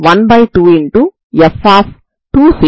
కాబట్టి fg abfxgdx వద్ద ఉంది